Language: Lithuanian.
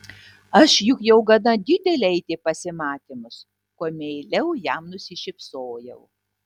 aš juk jau gana didelė eiti į pasimatymus kuo meiliau jam nusišypsojau